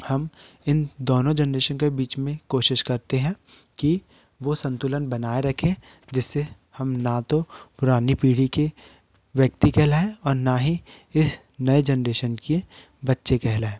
हम इन दोनों जेनेरेशन के बीच में कोशिश करते हैं कि वो संतुलन बनाए रखे जिससे हम ना तो पुरानी पीढ़ी के व्यक्ति कहलाये और ना ही इस नए जेनेरेशन के बच्चे कहलाये